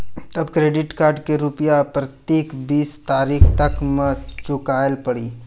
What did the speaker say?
तब credit card के रूपिया प्रतीक बीस तारीख तक मे चुकल पड़ी?